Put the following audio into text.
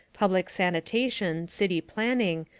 public sanitation, city planning,